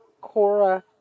Cora